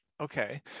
Okay